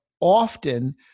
often